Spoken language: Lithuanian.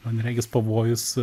man regis pavojus